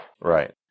Right